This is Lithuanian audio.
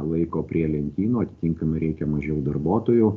laiko prie lentynų atitinkamai reikia mažiau darbuotojų